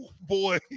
Boy